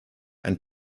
and